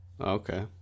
Okay